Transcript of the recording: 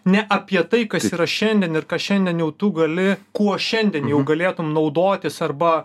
ne apie tai kas yra šiandien ir ką šiandien jau tu gali kuo šiandien jau galėtum naudotis arba